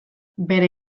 bere